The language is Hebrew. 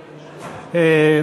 אדוני.